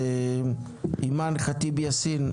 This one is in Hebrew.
אימאן ח'טיב יאסין,